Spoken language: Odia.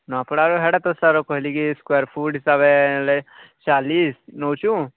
ନୂଆପଡ଼ାରୁ ହେଟେ ତ ସାର୍ କହିଲିକି ସ୍କୋୟାର ଫୁଟ୍ ହିସାବ ହେଲେ ଚାଲିଶ ନେଉଛୁ